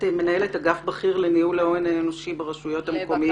מנהלת אגף בכיר לניהול ההון האנושי ברשויות המקומיות.